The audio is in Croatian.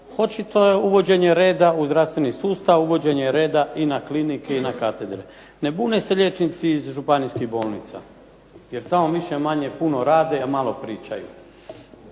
očito je uvođenje reda u zdravstveni sustav, uvođenje reda i na klinike i na katedre. Ne bune se liječnici iz županijskih bolnica, jer tamo manje više puno rade, a manje pričaju.